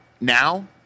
now